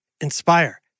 Inspire